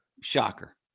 Shocker